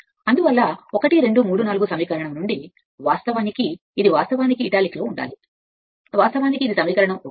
అందువల్ల 1 2 3 4 సమీకరణం నుండి వాస్తవానికి ఇది వాస్తవానికి పిలుస్తారు ఇది ఇటాలిక్ అవుతుంది ఇది వాస్తవానికి ఇది వాస్తవానికి సమీకరణం 1